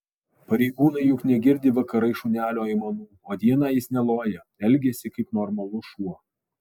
pareigūnai juk negirdi vakarais šunelio aimanų o dieną jis neloja elgiasi kaip normalus šuo